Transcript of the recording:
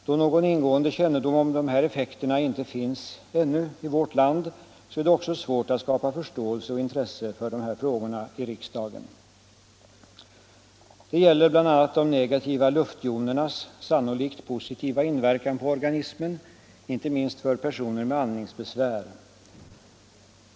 Då någon ingående kännedom om dessa effekter inte ännu finns i vårt land är det också svårt att skapa förståelse och intresse för frågorna här i riksdagen. Det gäller bl.a. de negativa luftjonernas sannolikt positiva inverkan på organismen -— inte minst för personer med andningsbesvär.